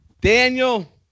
Daniel